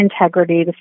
integrity